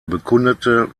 bekundete